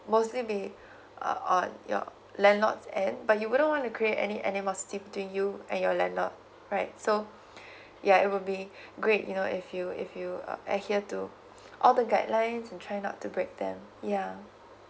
mostly be on your landlord's end but you wouldn't want to create any animosity between you and your landlord right so yeah it will be great you know if you if you uh adhere to all the guidelines and try not to break them yeah